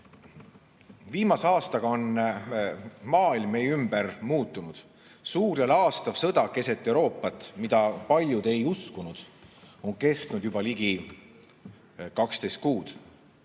Viimase aastaga on maailm meie ümber muutunud. Suur ja laastav sõda keset Euroopat, mida paljud ei uskunud [tulevat], on kestnud juba ligi 12 kuud.